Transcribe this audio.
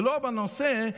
ולא בנושא,